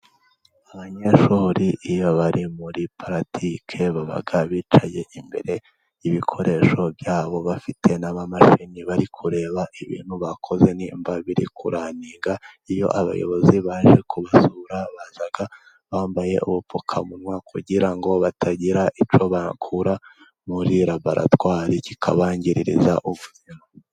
Abanyeshuri iyo bari muri puratike baba bicaye imbere y'ibikoresho byabo, bafite n'imashini bari kureba ibintu bakoze nimba biri kuraninga. Iyo abayobozi baje kubasura bazabambaye ubupfukamunwa, kugira ngo batagira icyo bakura muri laboratwari kikabangiriza ubuzima.